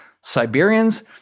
Siberians